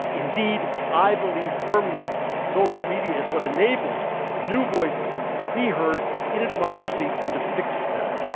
indeed, i believe firmly that social media is what enables new voices to be heard in a democracy and to fix that.